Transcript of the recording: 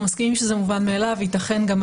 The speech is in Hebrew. היא צריכה להיות מנויה גם כאן.